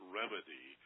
remedy